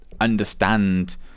understand